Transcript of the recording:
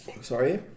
sorry